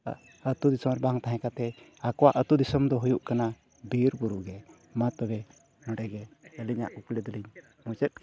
ᱟᱹᱛᱩ ᱫᱤᱥᱚᱢ ᱨᱮ ᱵᱟᱝ ᱛᱟᱦᱮᱸ ᱠᱟᱛᱮᱫ ᱟᱠᱚᱣᱟᱜ ᱟᱹᱛᱩ ᱫᱤᱥᱚᱢ ᱫᱚ ᱦᱩᱭᱩᱜ ᱠᱟᱱᱟ ᱵᱤᱨᱼᱵᱩᱨᱩ ᱜᱮ ᱢᱟ ᱛᱚᱵᱮ ᱱᱚᱰᱮᱜᱮ ᱟᱹᱞᱤᱧᱟᱜ ᱠᱩᱠᱞᱤ ᱫᱚᱞᱤᱧ ᱢᱩᱪᱟᱹᱫ